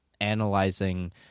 analyzing